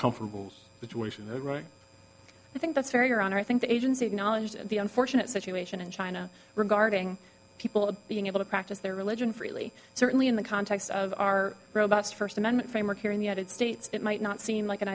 comfortable situation that right i think that's very around her think the agency acknowledged the unfortunate situation in china regarding people being able to practice their religion freely certainly in the context of our robust first amendment framework here in united states it might not seem like an